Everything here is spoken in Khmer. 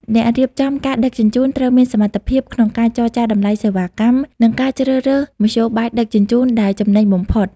អ្នករៀបចំការដឹកជញ្ជូន ត្រូវមានសមត្ថភាពក្នុងការចរចាតម្លៃសេវាកម្ម និងការជ្រើសរើសមធ្យោបាយដឹកជញ្ជូនដែលចំណេញបំផុត។